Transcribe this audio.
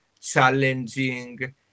challenging